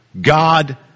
God